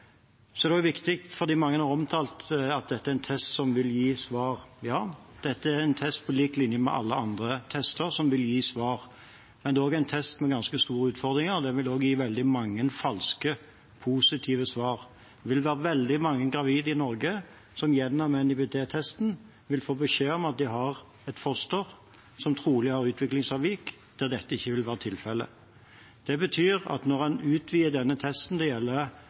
Så er det viktig, fordi mange har omtalt at dette er en test som vil gi svar: Ja, dette er en test som på lik linje med alle andre tester vil gi svar. Men det er også en test med ganske store utfordringer. Den vil også gi veldig mange falske positive svar. Det vil være veldig mange gravide i Norge som gjennom NIPT-testen vil få beskjed om at de har et foster som trolig har utviklingsavvik, der dette ikke vil være tilfellet. Det betyr at når en utvider tilbudet om denne testen